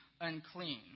unclean